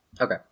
Okay